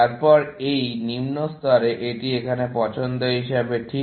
তারপর এই নিম্ন স্তরে এটি এখানে পছন্দ হিসাবে ঠিক